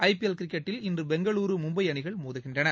IPL கிரிக்கெட்டில் இன்று பெங்களுரு மும்பை அணிகள் மோதுகின்றன